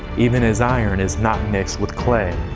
even as iron is not mixed with clay.